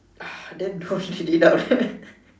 then don't read out